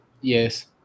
Yes